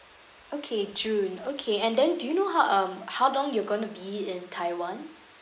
okay june okay and then do you know how um how long you're going to be in taiwan